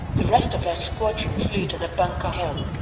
the rest of their squadron flew to the bunker hill.